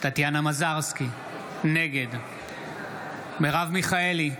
טטיאנה מזרסקי, נגד מרב מיכאלי,